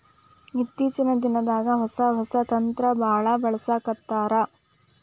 ಇತ್ತೇಚಿನ ದಿನದಾಗ ಹೊಸಾ ಹೊಸಾ ಯಂತ್ರಾ ಬಾಳ ಬಳಸಾಕತ್ತಾರ